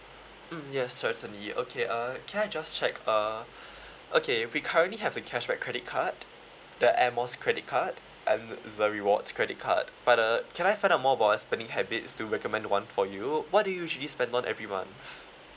mm yes certainly okay uh can I just check uh okay we currently have the cashback credit card the air miles credit card and the rewards credit card but uh can I find out more about spending habits to recommend one for you what do you usually spend on every month